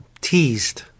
teased